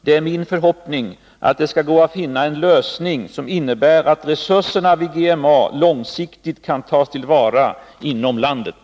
Det är min förhoppning att det skall gå att finna en lösning som innebär att resurserna vid GMA långsiktigt kan tas till vara inom landet.